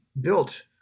built